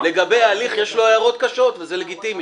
לגבי ההליך, יש לו הערות קשות וזה לגיטימי.